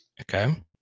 Okay